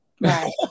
Right